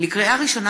לקריאה ראשונה,